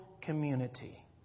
community